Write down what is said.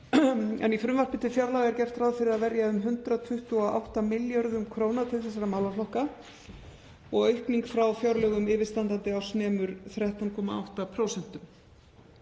Í frumvarpi til fjárlaga er gert ráð fyrir að verja um 128 milljörðum kr. til þessara málaflokka og nemur aukning frá fjárlögum yfirstandandi árs 13,8%.